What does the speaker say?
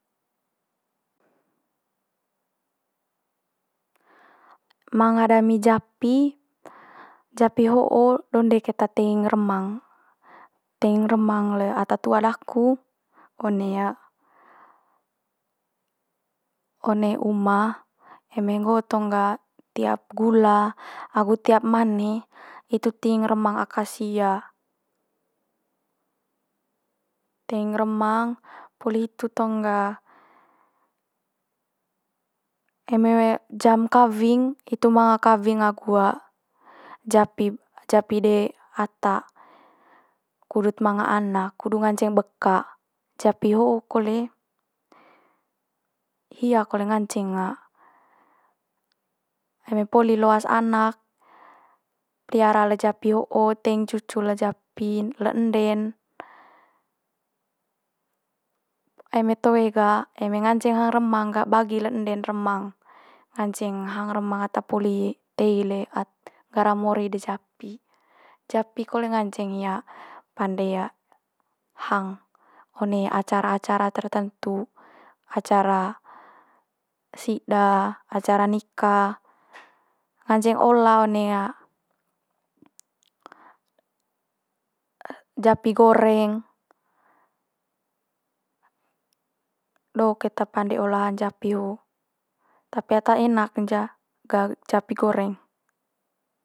manga dami japi, japi ho'o donde keta teing remang, teing remang le ata tu'a daku one one uma eme nggo'o tong gah tiap gula agu tiap mane hitu teing remang akasia. teing remang poli hitu tong gah eme jam kawing hitu manga kawing agu japi japi de ata kudut manga anak kudut nganceng beka. Japi ho kole hia kole nganceng eme poli loas anak pelihara le japi ho'o teing cucu le japi'n, le ende'n. Eme toe gah eme nganceng hang remang gah bagi le ende'n remang, nganceng hang remang ata poli tei le at- ngara mori de japi. Japi kole nganceng hia pande hang one acara acara tertentu, acara sida, acara nika ngance olah one japi goreng, do keta pande olahan japi ho. Tapi ata enak'n ja- ga japi goreng.